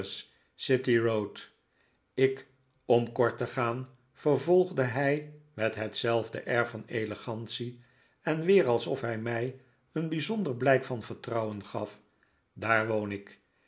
road ik om kort te gaan vervolgde hij met hetzelfde air van elegantie en weer alsof hij mij een bijzonder blijk van vertrouwen gaf daar woon ik